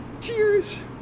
Cheers